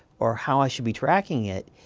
or how i should be tracking it.